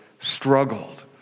struggled